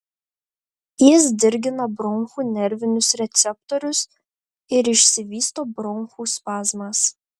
jis dirgina bronchų nervinius receptorius ir išsivysto bronchų spazmas